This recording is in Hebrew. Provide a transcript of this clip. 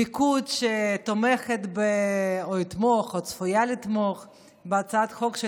ליכוד שתומך או צפוי לתמוך בהצעת חוק של